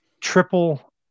Triple